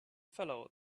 fellow